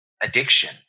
addiction